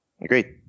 Agreed